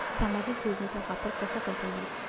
सामाजिक योजनेचा वापर कसा करता येईल?